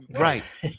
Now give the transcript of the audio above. Right